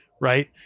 Right